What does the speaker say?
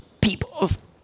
people's